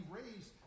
raised